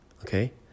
okay